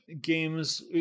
games